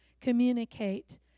communicate